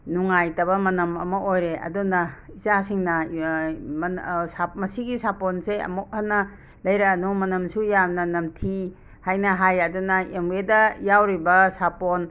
ꯅꯨꯡꯉꯥꯏꯇꯕ ꯃꯅꯝ ꯑꯃ ꯑꯣꯏꯔꯦ ꯑꯗꯨꯅ ꯏꯆꯥꯁꯤꯡꯅ ꯌ ꯃꯟ ꯁꯥ ꯃꯁꯤꯒꯤ ꯁꯥꯄꯣꯟꯁꯦ ꯑꯃꯨꯛ ꯍꯟꯅ ꯂꯩꯔꯛꯀꯅꯨ ꯃꯅꯝꯁꯨ ꯌꯥꯝꯅ ꯅꯝꯊꯤ ꯍꯥꯏꯅ ꯍꯥꯏꯌꯦ ꯑꯗꯨꯅ ꯑꯦꯝꯋꯦꯗ ꯌꯥꯎꯔꯤꯕ ꯁꯥꯄꯣꯟ